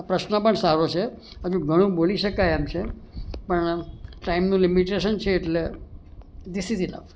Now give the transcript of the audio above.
પ્રશ્ન પણ સારો છે હજુ ઘણું બોલી શકાય એમ છે પણ ટાઈમનું લિમિટેશન છે એટલે ધિસ ઇસ ઇનફ